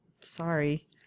sorry